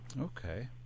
okay